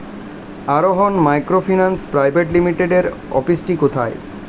আরোহন microfinance private লিমিটেডের অফিসটি কোথায়?